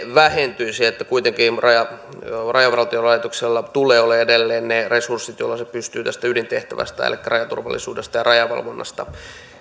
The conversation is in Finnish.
vähentyisi kuitenkin rajavartiolaitoksella tulee olla edelleen ne resurssit joilla se pystyy ydintehtävästään elikkä rajaturvallisuudesta ja rajavalvonnasta